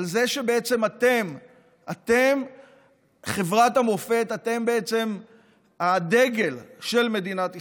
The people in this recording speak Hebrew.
על זה שאתם חברת המופת, אתם הדגל של מדינת ישראל.